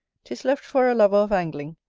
tis left for a lover of angling,